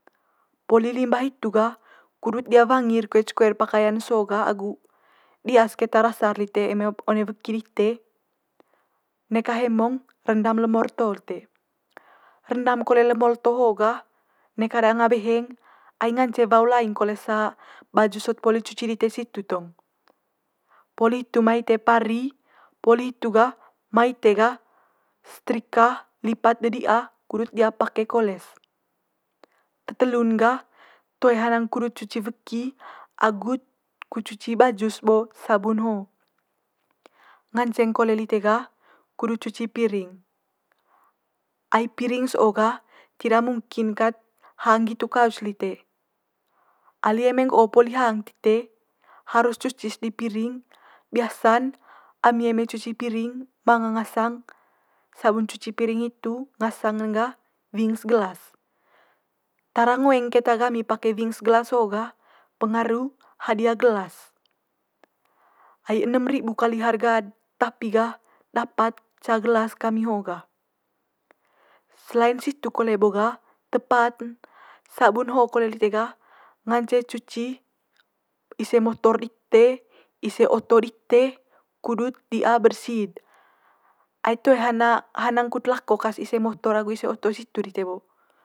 Poli limba hitu gah kudut di'a wangi'r koe ce koe pakaian so'o gah agu di'as keta rasa'd lite eme one weki dite neka hemong rendam le morto lite. Rendam kole le molto ho gah neka danga beheng ai nganceng wau laing's kole baju sot poli cuci dite situ tong. Poli hitu mai ite pari, poli hitu gah mai ite gah, setrika lipat dedia kudut di'a pake kole's. Te telu'n gah toe hanang kudut cuci weki agu't kut cuci's baju bo sabun ho nganceng kole lite gah kudut cuci piring, ai piring so'o gah tidak mungkin kat hang nggitu kau's lite. Ali eme nggo'o poli hang tite harus cuci's di piring, biasa'n ami eme cuci piring manga ngasang sabun cuci piring hitu ngasang'n gah wings gelas. Tara ngoeng keta gami pake wings gelas so'o gah pengaru hadia gelas, ai enem ribu kali harga'd tapi gah dapat ca gelas kami ho'o gah. Selain situ kole bo gah te pat'n sabun ho kole lite gah ngance cuci ise motor dite, ise oto dite kudut di'a bersi'd ai toe hana hanang kut lako kat's ise motor agu ise oto situ dite bo